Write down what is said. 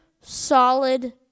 solid